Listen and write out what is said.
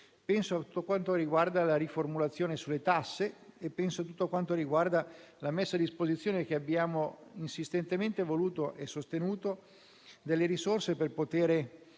Penso a tutto quanto riguarda la riformulazione delle norme sulle tasse e la messa a disposizione, che abbiamo insistentemente voluto e sostenuto, delle risorse per poter